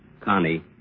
Connie